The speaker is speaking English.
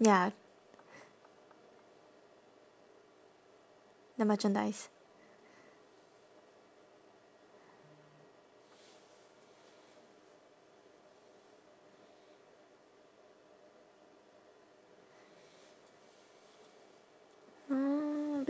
ya the merchandise